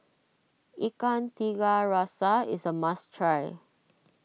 Ikan Tiga Rasa is a must try